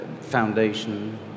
foundation